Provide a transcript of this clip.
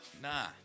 Nah